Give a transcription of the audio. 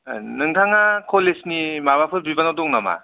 नोंथाङा कलेजनि माबाफोर बिबानाव दङ नामा